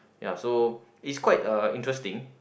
ya so is quite uh interesting